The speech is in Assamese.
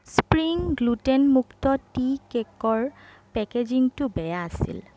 স্প্ৰিং গ্লুটেন মুক্ত টি কেকৰ পেকেজিঙটো বেয়া আছিল